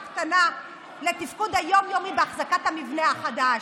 קטנה לתפקוד היום-יומי בהחזקת המבנה החדש?